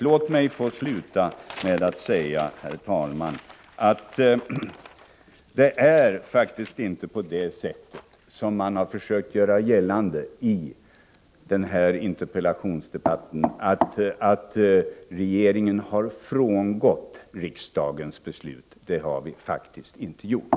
Låt mig, herr talman, få sluta med att säga: Regeringen har faktiskt inte, som man har försökt göra gällande i denna interpellationsdebatt, frångått riksdagens beslut.